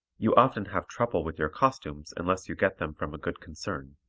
you often have trouble with your costumes unless you get them from a good concern.